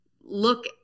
look